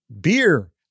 beer